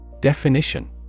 Definition